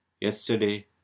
yesterday